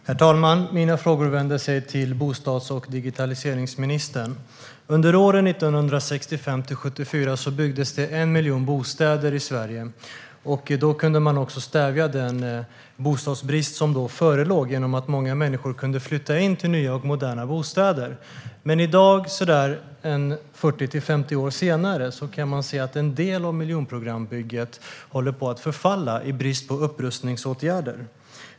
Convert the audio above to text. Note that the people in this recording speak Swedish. Herr talman! Mina frågor riktar sig till bostads och digitaliseringsministern. Under åren 1965-1974 byggdes 1 miljon bostäder i Sverige. Då kunde man också stävja den bostadsbrist som förelåg i och med att många människor kunde flytta in i nya, moderna bostäder. I dag, så där 40-50 år senare, kan man dock se att en del av miljonprogramsbygget håller på att förfalla i brist på upprustningsåtgärder.